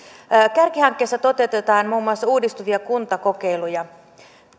kärkihankkeessa toteutetaan muun muassa uudistuvia kuntakokeiluja